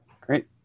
Great